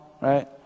right